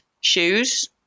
shoes